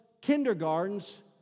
kindergartens